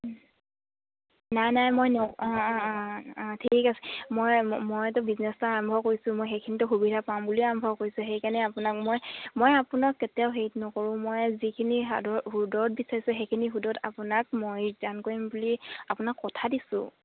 নাই নাই মই ন অঁ অঁ অঁ অঁ ঠিক আছে মই মইতো বিজনেছ এটা আৰম্ভ কৰিছোঁ মই সেইখিনিতো সুবিধা পাম বুলিয়ে আৰম্ভ কৰিছোঁ সেইকাৰণে আপোনাক মই মই আপোনাক কেতিয়াও হেৰিত নকৰোঁ মই যিখিনি সুদত বিচাৰিছোঁ সেইখিনি সুদত আপোনাক মই ৰিটাৰ্ণ কৰিম বুলি আপোনাক কথা দিছোঁ